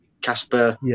Casper